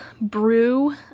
brew